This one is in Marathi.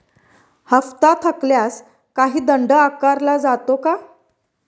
हप्ता थकल्यास काही दंड आकारला जातो का?